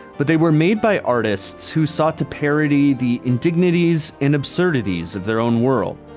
but they were made by artists who sought to parody the indignities and absurdities of their own world.